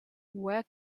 where